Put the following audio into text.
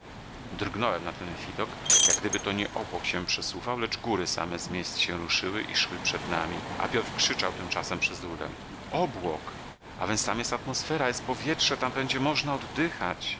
drgnąłem na ten widok jak gdyby to nie obłok się przesuwał lecz góry same z miejsc się ruszyły i szły przed nami a piotr krzyczał tymczasem przez rurę obłok a więc tam jest atmosfera jest powietrze tam będzie można oddychać